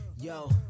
Yo